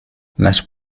las